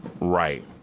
Right